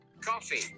Coffee